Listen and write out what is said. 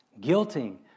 Guilting